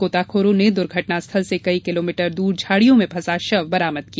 गोताखोरों ने दुर्घटनास्थल से कई किलोमीटर दूर झाड़ियों में फंसा शव बरामद किया